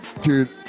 dude